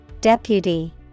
Deputy